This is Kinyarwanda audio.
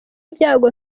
ibyago